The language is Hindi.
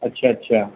अच्छा अच्छा